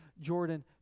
Jordan